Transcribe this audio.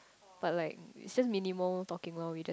but like it's just minimal talking lor we just